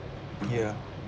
ya